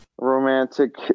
romantic